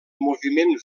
moviment